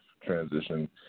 transition